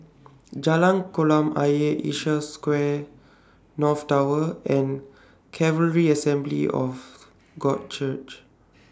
Jalan Kolam Ayer Asia Square North Tower and Calvary Assembly of God Church